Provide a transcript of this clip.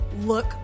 look